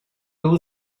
new